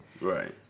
Right